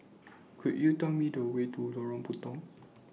Could YOU Tell Me The Way to Lorong Puntong